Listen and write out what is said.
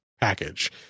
package